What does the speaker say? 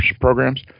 programs